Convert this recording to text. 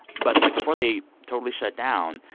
but, like, before they totally shut down,